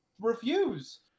refuse